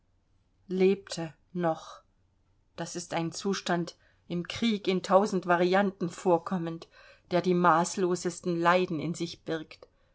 lebte noch das ist ein zustand im krieg in tausend varianten vorkommend der die maßlosesten leiden in sich birgt